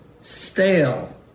stale